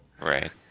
right